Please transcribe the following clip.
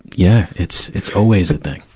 yeah, it's it's always a thing.